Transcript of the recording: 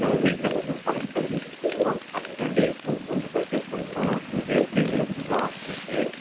நம்ம வீட்டில் கொஞ்சம் ஃபங்ஷன் வைச்சுருக்கோம் ப்ரோ அதுக்காண்டி பூ கொஞ்சம் பர்சேஸ் பண்ணணும் உங்கள்கிட்ட எப்படி எப்படிலாம் பூவெல்லாம் ரேட்டு